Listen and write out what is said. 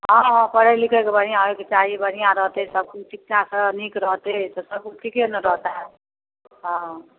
हँ हँ पढ़य लिखयके बढ़िआँ होयके चाही बढ़िआँ रहतै सभकिछु शिक्षाके नीक रहतै तऽ सभदिन ठीके ने रहतै हँ